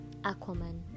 Aquaman